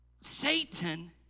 Satan